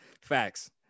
Facts